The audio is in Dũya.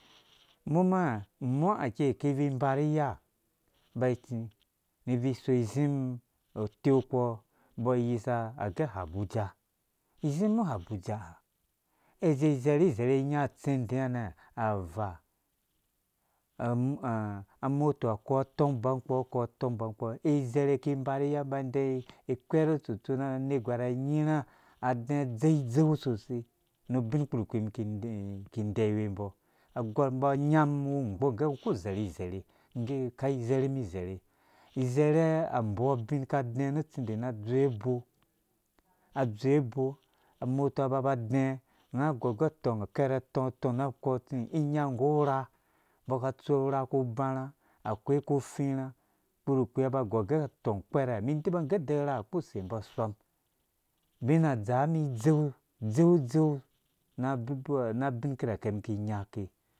ikei iki ibvui ibari iya iba itsi ibvui iso izim utenkpɔɔ umbɔ ayisa gɛ itabuja izi mum habuja izi izerhi izerhe inya utsindiya nɛ̃ awu avaa amoto akɔɔ atɔg bang kpɔ akɔɔ tɔng ubang kpɔɔ izerhe iki iba ru iya inba ideyiwe ikwere utsunsona anegwar anyitha adɛɛ adzɛi idzɛu sosai ru ubin lkpurkpi iki indeyiwe umbɔ agɔr anya umum iwu ungbong age ngɔ uku uzirhi izerhe ingge ki umum izerhu mum izerhe izerhe ambou abin aka adɛɛ nu utsindi na adzowe bok adzowe bok amotoa aba aba adɛɛ unga agor agɛ tɔng akɛrɛatong na akɔɔ atsi inya nggu ura umbɔ aka atsu ura uku ubar ha akoi ukpu ufirha ukpurkpi unga ada agɔr ugɛ utɔng ukpɛre umum indeba nggɛ ura ukpuuse umbɔ asɔm ubina adzaa umum idzɛu idzɛi idzɛu na abunuwa na abin akirake umum iki inyã ake